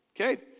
Okay